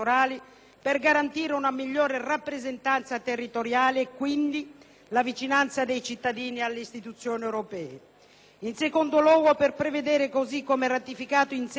la vicinanza dei cittadini alle istituzioni europee; in secondo luogo, per prevedere, così come ratificato in sede europea, clausole di riequilibrio della rappresentanza di genere.